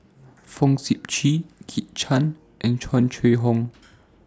Fong Sip Chee Kit Chan and Tung Chye Hong